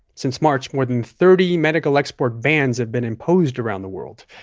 since march, more than thirty medical export bans have been imposed around the world.